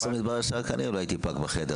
בסוף מתברר שרק אני לא הייתי פג בחדר.